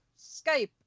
Skype